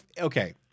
Okay